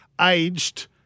aged